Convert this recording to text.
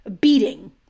beating